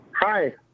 Hi